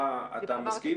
אתה מסכים?